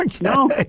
No